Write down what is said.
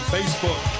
Facebook